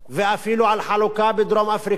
ואפילו על חלוקה בדרום-אפריקה,